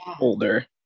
older